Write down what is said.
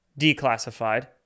declassified